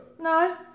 No